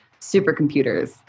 supercomputers